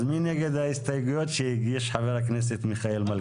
אז מי נגד ההסתייגויות שהגיש חבר הכנסת מיכאל מלכיאלי?